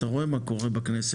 אתה רואה מה קורה בכנסת.